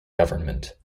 government